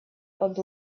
под